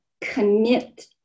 commit